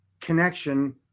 connection